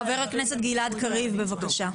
חבר הכנסת גלעד קריב, בבקשה.